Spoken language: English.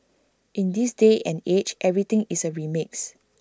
in this day and age everything is A remix